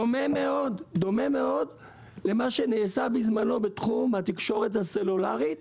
בדומה מאוד למה שנעשה בזמנו בתחום התקשורת הסלולרית.